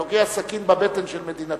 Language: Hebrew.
תוקע סכין בבטן של מדינתנו.